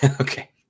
okay